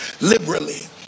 liberally